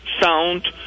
sound